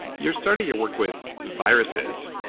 you're starting your work with viruses.